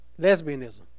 Lesbianism